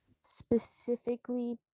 Specifically